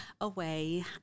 away